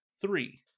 three